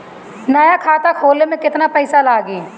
नया खाता खोले मे केतना पईसा लागि?